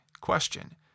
question